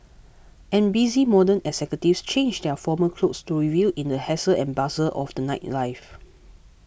and busy modern executives change their formal clothes to revel in the hustle and bustle of the nightlife